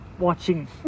watching